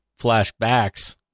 flashbacks